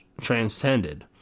transcended